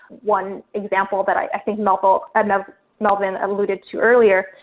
one example that i think melvin and ah melvin alluded to earlier,